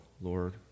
Lord